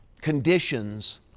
conditions